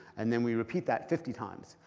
and then we repeat that fifty times.